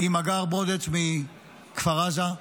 עם הגר ברודץ' מכפר עזה.